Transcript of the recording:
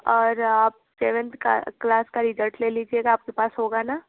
और आप सेवंथ का क्लास का रिजल्ट ले लीजियएगा आप के पास होगा ना